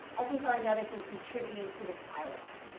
i think are another thing contributing to the silence.